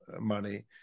money